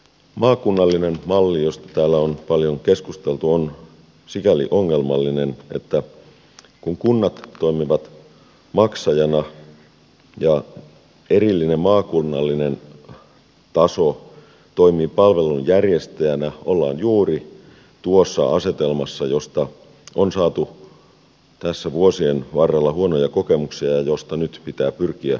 maakunnallinen malli josta täällä on paljon keskusteltu on sikäli ongelmallinen että kun kunnat toimivat maksajana ja erillinen maakunnallinen taso toimii palvelun järjestäjänä ollaan juuri tuossa asetelmassa josta on saatu tässä vuosien varrella huonoja kokemuksia ja josta nyt pitää pyrkiä eroon